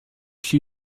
she